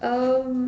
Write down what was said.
um